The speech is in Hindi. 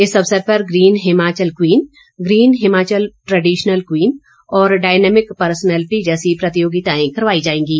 इस अवसर पर green Himachal queen green Himachal traditional queen और डायनमिक पर्सनैलिटी जैसी प्रतियोगिताएं करवाई जाएंगी